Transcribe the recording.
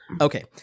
Okay